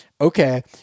okay